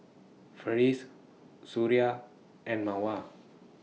Farish Suria and Mawar